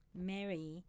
Mary